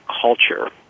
culture